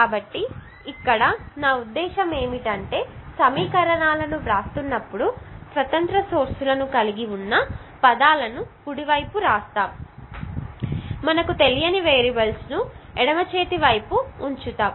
కాబట్టి ఇక్కడ నా ఉద్దేశ్యం ఏమిటంటే సమీకరణాలను వ్రాస్తున్నప్పుడు స్వతంత్ర మూలాలను కలిగి ఉన్న పదాలను కుడి వైపుకు రాస్తున్నాను మరియు తెలియని వేరియబుల్స్ ను ఎడమ చేతి వైపు ఉంచుతున్నాను